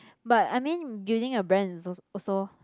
but I mean using a brand is also also